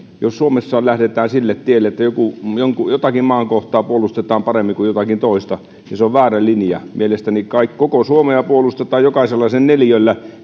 jos suomessa lähdetään sille tielle että jotakin maan kohtaa puolustetaan paremmin kuin jotakin toista se on väärä linja mielestäni koko suomea puolustetaan sen jokaisella neliöllä